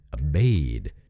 obeyed